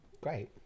great